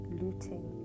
looting